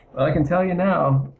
i can tell you now,